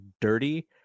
dirty